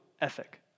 ethic